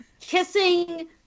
Kissing